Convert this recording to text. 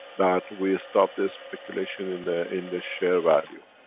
that we stop the speculation in the, in the share value.